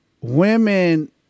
women